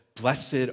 blessed